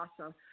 awesome